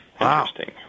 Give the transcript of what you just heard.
Interesting